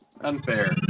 Unfair